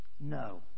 No